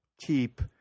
keep –